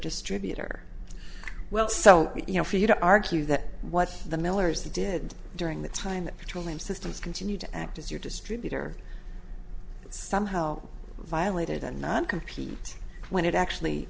distributor well so you know for you to argue that what the millers they did during the time that petroleum systems continue to act as your distributor somehow violated and not compete when it actually